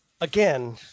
Again